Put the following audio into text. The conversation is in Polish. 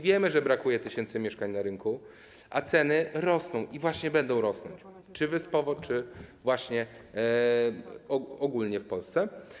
Wiemy, że brakuje tysięcy mieszkań na rynku, a ceny rosną i właśnie będą rosnąć, czy wyspowo, czy ogólnie w Polsce.